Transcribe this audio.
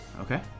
Okay